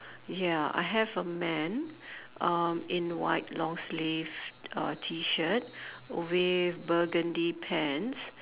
ya I have a man uh in white long sleeve uh T shirt with burgundy pants